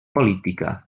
política